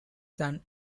son